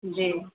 जी